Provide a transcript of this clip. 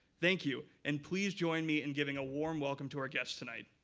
thank you, and please join me in giving a warm welcome to our guests tonight.